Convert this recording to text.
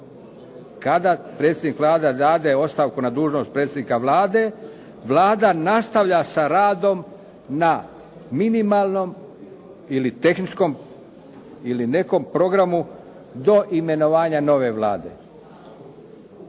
"kada predsjednik Vlade dade ostavku na dužnost predsjednika Vlade, Vlada nastavlja sa radom na minimalnom ili tehničkom ili nekom programu do imenovanja nove Vlade."